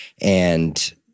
and-